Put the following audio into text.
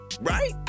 right